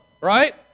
right